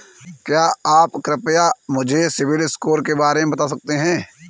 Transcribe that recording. क्या आप कृपया मुझे सिबिल स्कोर के बारे में बता सकते हैं?